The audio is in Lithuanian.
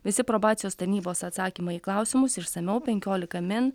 visi probacijos tarnybos atsakymai į klausimus išsamiau penkiolika min